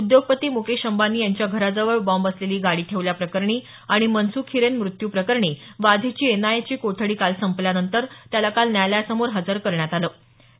उद्योगपती मुकेश अंबानी यांच्या घराजवळ बॉम्ब असलेली गाडी ठेवल्याप्रकरणी आणि मनसुख हिरेन मृत्यू प्रकरणी वाझेची एन आय ए ची कोठडी काल संपल्यानंतर त्याला काल न्यायालयासमोर हजर करण्यात आलं होतं